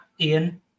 Ian